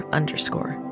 underscore